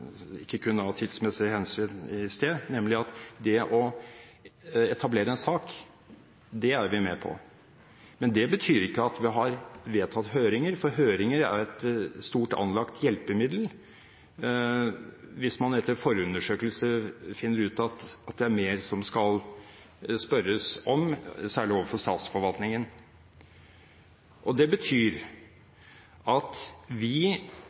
ikke kunne i sted, av tidsmessige hensyn. Det å etablere en sak er vi med på, men det betyr ikke at vi har vedtatt høringer, for høringer er et stort anlagt hjelpemiddel hvis man etter forundersøkelser finner ut at det er mer som skal spørres om, særlig overfor statsforvaltningen. Det betyr at vi